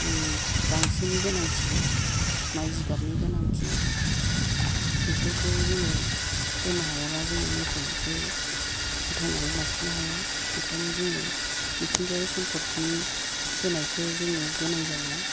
ओम गांसोनि गोनांथि माइ जिगाबनि गोनांथि बिफोरखौ जोङो होनो हायाब्ला जोङो मोसौखौ फोथांनानै लाखिनो हाया ओंखायनो जोङो मिथिंगायारि सम्फदनि होनायखो जोंनो गोनां जायो